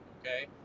okay